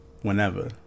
whenever